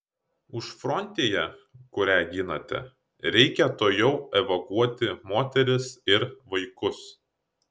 užfrontėje kurią ginate reikia tuojau evakuoti moteris ir vaikus